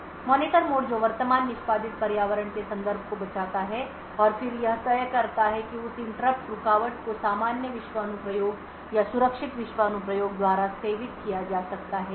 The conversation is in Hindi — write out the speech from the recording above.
मॉनिटर मोड जो वर्तमान निष्पादित पर्यावरण के संदर्भ को बचाता है और फिर यह तय करता है कि उस रुकावट को सामान्य विश्व अनुप्रयोग या सुरक्षित विश्व अनुप्रयोग द्वारा सेवित किया जा सकता है या नहीं